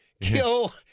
kill